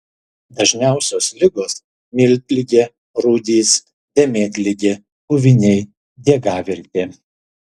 dažniausios ligos miltligė rūdys dėmėtligė puviniai diegavirtė